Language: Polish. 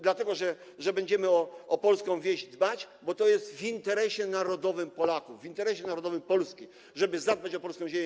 Dlatego że będziemy o polską wieś dbać, bo to jest w interesie narodowym Polaków, w interesie narodowym Polski, żeby zadbać o polską ziemię.